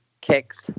kicks